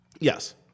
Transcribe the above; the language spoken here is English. Yes